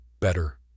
better